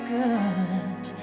good